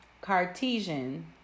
Cartesian